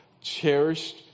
cherished